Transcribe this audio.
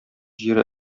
җире